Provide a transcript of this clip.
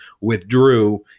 withdrew